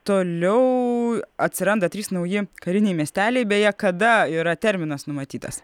toliau atsiranda trys nauji kariniai miesteliai beje kada yra terminas numatytas